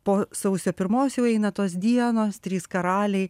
po sausio pirmos jau eina tos dienos trys karaliai